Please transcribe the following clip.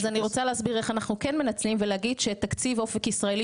אז אני רוצה להסביר איך אנחנו כן מנצלים ולהגיד שתקציב 'אופק ישראלי',